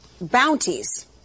bounties